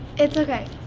it's okay.